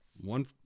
One